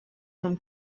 from